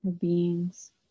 beings